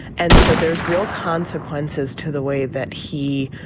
and so there's real consequences to the way that he